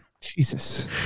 jesus